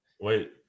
Wait